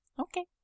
Okay